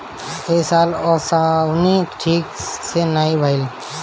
ए साल ओंसउनी ठीक से नाइ भइल हअ